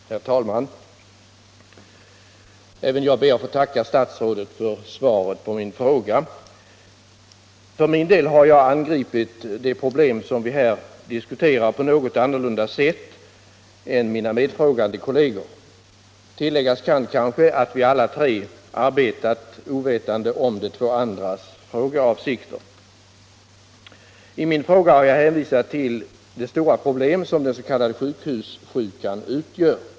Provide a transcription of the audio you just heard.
Herr talman! Även jag ber att få tacka statsrådet för svaret på min fråga. För min del har jag angripit det problem som vi här diskuterar på något annorlunda sätt än mina medfrågande kolleger. Tilläggas kan kanske att vi alla tre har arbetat ovetande om de två andras frågeavsikter. I min fråga har jag hänvisat till det stora problem som den s.k. sjukhussjukan utgör.